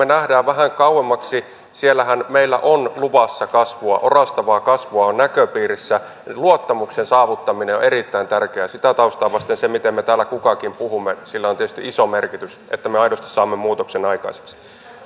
näemme vähän kauemmaksi niin siellähän meillä on luvassa kasvua orastavaa kasvua on näköpiirissä luottamuksen saavuttaminen on erittäin tärkeää sitä taustaa vasten sillä miten me täällä kukakin puhumme on tietysti iso merkitys että me aidosti saamme muutoksen aikaiseksi